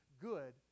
good